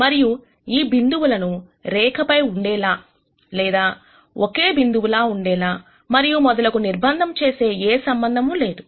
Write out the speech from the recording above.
మరియు ఈ బిందువులను రేఖ పై ఉండేలా లేదా ఒకే బిందువు లా ఉండేలా మరియు మొదలగు నిర్బంధం చేసే ఏ సంబంధము లేదు